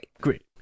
Great